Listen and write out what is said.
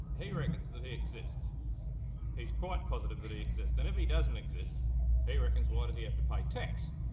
he reckons that he exists he's quite positive that he exists and if he doesn't exist he reckons why does he have to pay tax.